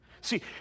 See